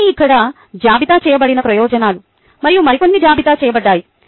ఇవన్నీ ఇక్కడ జాబితా చేయబడిన ప్రయోజనాలు మరియు మరికొన్ని జాబితా చేయబడ్డాయి